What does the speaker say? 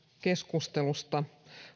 keskustelusta